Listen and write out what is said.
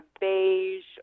beige